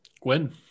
Gwen